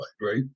right